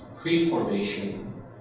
pre-formation